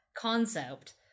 concept